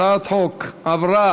הצעת החוק עברה